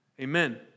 Amen